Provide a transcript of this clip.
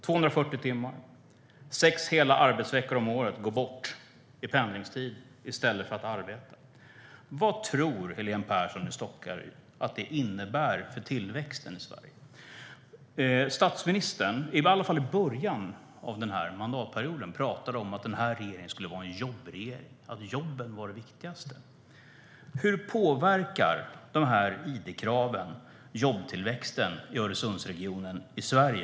240 timmar, sex hela arbetsveckor om året, går bort i pendlingstid i stället för arbete. Vad tror Helene Petersson i Stockaryd att det innebär för tillväxten i Sverige? Statsministern pratade, i alla fall i början av mandatperioden, om att den här regeringen skulle vara en jobbregering, att jobben var det viktigaste. Hur tror Helene Petersson i Stockaryd att id-kraven påverkar jobbtillväxten i Öresundsregionen i Sverige?